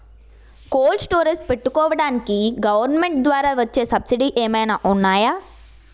Cold storage పెట్టుకోడానికి government ద్వారా వచ్చే సబ్సిడీ ఏమైనా ఉన్నాయా?